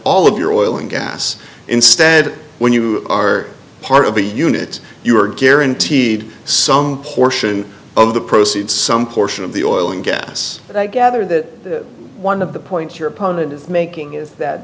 all of your oil and gas instead when you are part of a unit you are guaranteed some portion of the proceeds some portion of the oil and gas i gather that one of the point your opponent is making is that